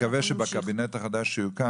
אני מקווה שבקבינט החדש שיוקם,